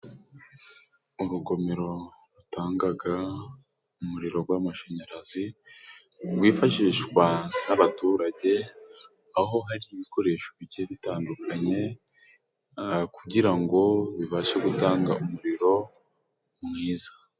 Urugomero rutangaga umuriro gw'amashanyarazi rwifashishwa n'abaturage, aho hari ibikoresho bigiye bitandukanye kugira ngo bibashe gutanga umuriro mwiza.